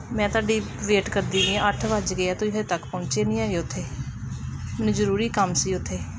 ਮੈਂ ਤੁਹਾਡੀ ਵੇਟ ਕਰਦੀ ਰਹੀ ਹਾਂ ਅੱਠ ਵੱਜ ਗਏ ਆ ਤੁਸੀਂ ਹਜੇ ਤੱਕ ਪਹੁੰਚੇ ਨਹੀਂ ਹੈਗੇ ਉੱਥੇ ਮੈਨੂੰ ਜ਼ਰੂਰੀ ਕੰਮ ਸੀ ਉੱਥੇ